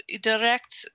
direct